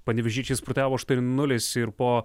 panevėžiečiai spurtavoaštuoni nulis ir po